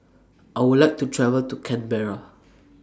I Would like to travel to Canberra